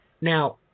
Now